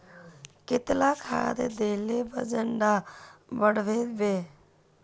कतला खाद देले वजन डा बढ़बे बे?